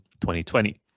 2020